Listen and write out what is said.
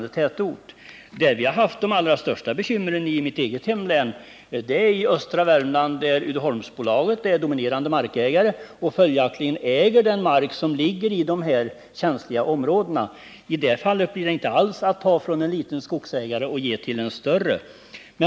I mitt eget hemlän har vi haft de allra största bekymren i östra Värmland, där Uddeholmsbolaget är den dominerande markägaren och även äger den skog som ligger i de känsliga områdena. I det fallet blir det inte alls fråga om att ta från en liten markägare och ge till en större.